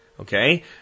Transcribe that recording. Okay